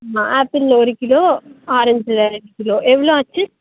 ஆமாம் ஆப்பிளில் ஒரு கிலோ ஆரெஞ்சில் ரெண்டு கிலோ எவ்வளோ ஆச்சு